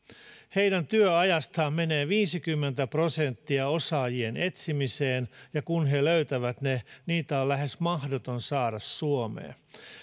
heidän työajastaan menee viisikymmentä prosenttia osaajien etsimiseen ja kun he löytävät ne heitä on lähes mahdoton saada suomeen